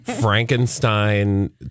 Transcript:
Frankenstein